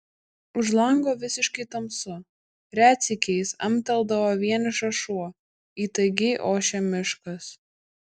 už lango visiškai tamsu retsykiais amteldavo vienišas šuo įtaigiai ošė miškas